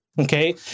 okay